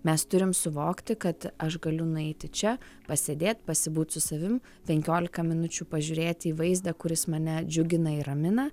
mes turim suvokti kad aš galiu nueiti čia pasėdėt pasibūt su savim penkiolika minučių pažiūrėti į vaizdą kuris mane džiugina ir ramina